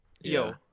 Yo